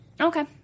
Okay